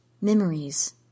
memories